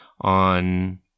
on